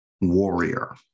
warrior